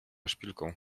szpilką